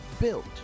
Built